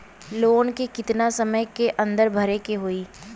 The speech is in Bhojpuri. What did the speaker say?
लोन के कितना समय के अंदर भरे के होई?